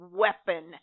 weapon